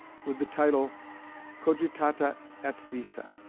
with the title cogitata et visa.